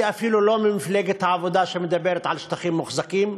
היא אפילו לא ממפלגת העבודה שמדברת על שטחים מוחזקים,